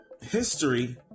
history